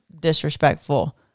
disrespectful